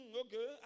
okay